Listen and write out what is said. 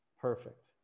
Perfect